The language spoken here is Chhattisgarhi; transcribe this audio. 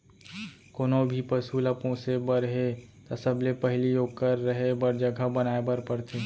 कोनों भी पसु ल पोसे बर हे त सबले पहिली ओकर रहें बर जघा बनाए बर परथे